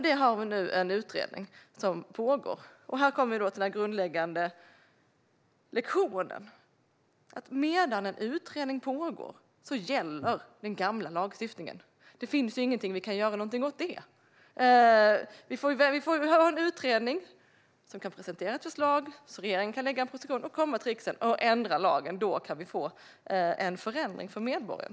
Vi har en utredning som pågår, och nu kommer den grundläggande lektionen: Medan en utredning pågår gäller den gamla lagstiftningen. Det finns inget vi kan göra åt det. Vi har en utredning som kan presentera ett förslag så att regeringen kan lägga fram en proposition och komma till riksdagen och ändra lagen. Då kan vi få en förändring för medborgaren.